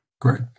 Great